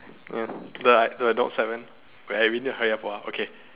ya the ah we need to hurry up ah okay